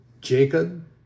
Jacob